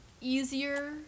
easier